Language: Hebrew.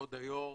כבוד היו"ר,